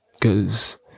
Cause